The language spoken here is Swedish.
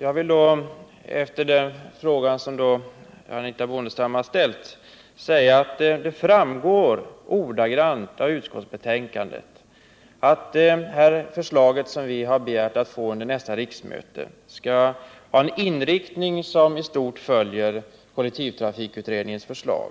Jag vill då, efter den fråga som Anitha Bondestam har ställt, säga att det framgår ordagrant av utskottsbetänkandet att det förslag vi har begärt att få under nästa riksmöte skall ha en inriktning som i stort följer kollektivtrafikutredningens förslag